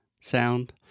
sound